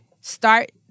Start